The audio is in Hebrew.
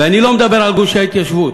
ואני לא מדבר על גושי ההתיישבות.